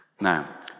Now